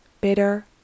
bitter